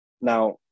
Now